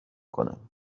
کنم